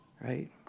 Right